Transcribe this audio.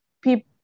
people